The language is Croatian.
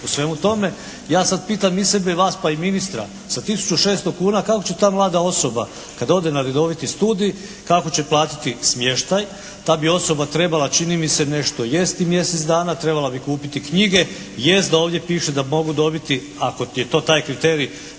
u svemu tome. Ja sad pitam i sebe i vas pa i ministra sa tisuću 600 kuna kako će ta mlada osoba kad ode na redoviti studij, kako će platiti smještaj. Ta bi osoba čini mi se nešto jesti mjesec dana, trebala bi kupiti knjige. Jest da ovdje piše da ovdje mogu dobiti ako je to taj kriterij